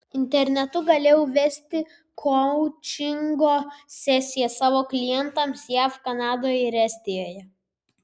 internetu galėjau vesti koučingo sesijas savo klientėms jav kanadoje ir estijoje